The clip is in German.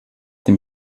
dem